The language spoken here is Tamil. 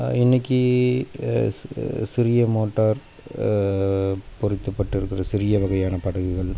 இன்னைக்கு ஸ் சிறிய மோட்டார் பொருத்தப்பட்டு இருக்கிற சிறிய வகையான படகுகள்